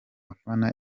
afana